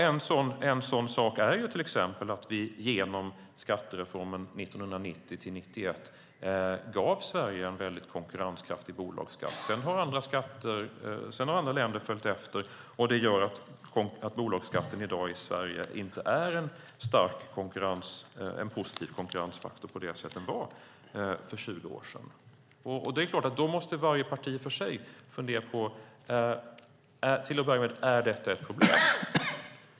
En sådan sak är till exempel att vi genom skattereformen 1990-1991 gav Sverige en väldigt konkurrenskraftig bolagsskatt. Sedan har andra länder följt efter, och det gör att bolagsskatten i dag i Sverige inte är en positiv konkurrensfaktor på det sätt som den var för 20 år sedan. Det är klart att då måste varje parti för sig till att börja med fundera på om detta är ett problem.